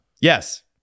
Yes